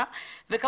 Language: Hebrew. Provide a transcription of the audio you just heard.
והמקצועית ביותר.